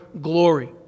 glory